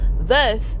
Thus